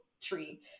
tree